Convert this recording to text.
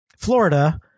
Florida